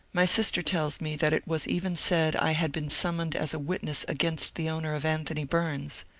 my sister tells me that it was even said i had been sum moned as a witness against the owner of anthony bums.